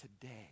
today